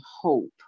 hope